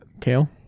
Kale